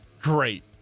Great